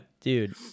Dude